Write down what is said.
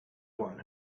one